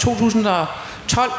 2012